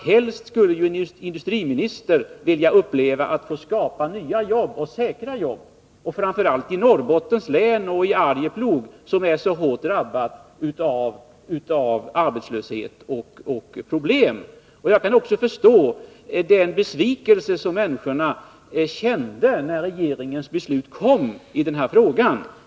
Helst skulle ju en industriminister vilja uppleva att få skapa nya och säkra jobb, framför allt i Norrbottens län och Arjeplog, där man är så hårt drabbad av arbetslöshet och problem. Jag kan också förstå den besvikelse människorna kände när regeringsbeslutet kom i den här frågan.